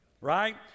right